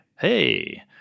Hey